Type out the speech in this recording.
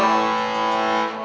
and